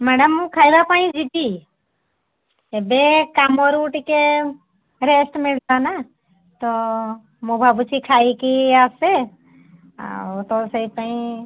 madam ମୁଁ ଖାଇବା ପାଇଁ ଯିବି ଏବେ କାମରୁ ଟିକିଏ ରେଷ୍ଟ ମିଳିଲା ନା ତ ମୁଁ ଭାବୁଛି ଖାଇକି ଆସେ ଆଉ ତ ସେଇଥିପାଇଁ